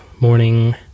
morning